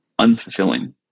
unfulfilling